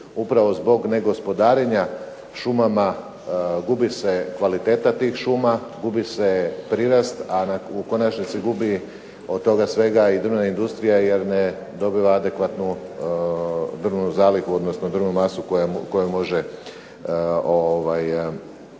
upravo zbog negospodarenja šumama gubi se kvaliteta tih šuma, gubi se prirast, a u konačnici gubi od toga svega i drvna industrija jer ne dobiva adekvatnu drvnu zalihu, odnosno drvnu masu koju može